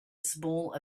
small